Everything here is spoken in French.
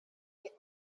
est